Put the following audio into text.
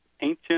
ancient